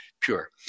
pure